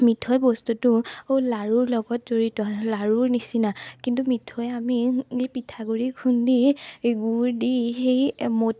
মিঠৈ বস্তুটো ও লাৰুৰ লগত জড়িত লাৰুৰ নিচিনা কিন্তু মিঠৈ আমি মি পিঠাগুড়ি খুন্দি গুড় দি সেই মুঠি